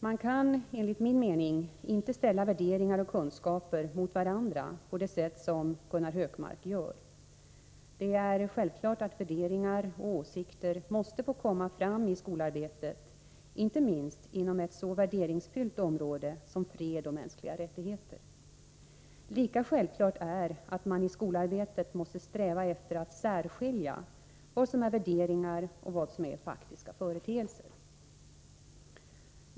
Man kan enligt min mening inte ställa värderingar och kunskaper mot varandra på det sätt som Gunnar Hökmark gör. Det är självklart att värderingar och åsikter måste få komma fram i skolarbetet, inte minst inom ett så värderingsfyllt område som fred och mänskliga rättigheter. Lika självklart är att man i skolarbetet måste sträva efter att särskilja vad som är värderingar och vad som är faktiska företeelser.